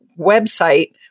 website